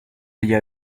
allá